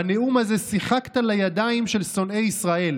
"בנאום הזה שיחקת לידיים של שונאי ישראל,